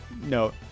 no